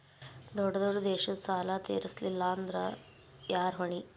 ದೊಡ್ಡ ದೊಡ್ಡ ದೇಶದ ಸಾಲಾ ತೇರಸ್ಲಿಲ್ಲಾಂದ್ರ ಯಾರ ಹೊಣಿ?